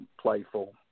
playful